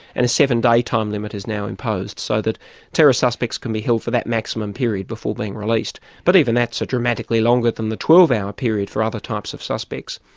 and a seven day time limit is now imposed, so that terror suspects can be held for that maximum period before being released. but even that's dramatically longer than the twelve hour period for other types of suspects.